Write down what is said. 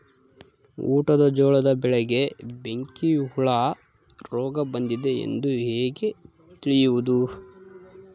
ಊಟದ ಜೋಳದ ಬೆಳೆಗೆ ಬೆಂಕಿ ಹುಳ ರೋಗ ಬಂದಿದೆ ಎಂದು ಹೇಗೆ ತಿಳಿಯುವುದು?